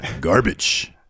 garbage